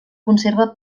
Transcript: conserva